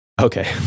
Okay